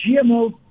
GMO